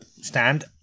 stand